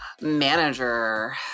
manager